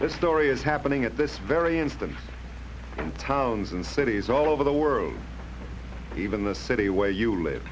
this story is happening at this very instant in towns and cities all over the world even the city where you live